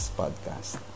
podcast